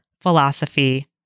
philosophy